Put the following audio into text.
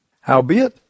Howbeit